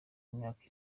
myaka